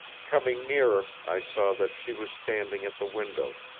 coming nearer i saw that she was standing at the window,